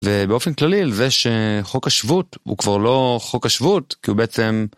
ובאופן כללי על זה שחוק השבות הוא כבר לא חוק השבות כי הוא בעצם.